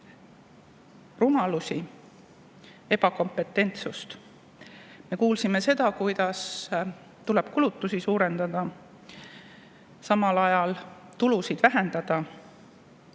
rumalusi, ebakompetentsust. Me kuulsime seda, et tuleb kulutusi suurendada, samal ajal kui tulud vähenevad.